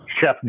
Chef